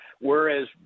Whereas